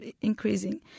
increasing